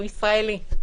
הוא ישראלי.